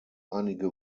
einige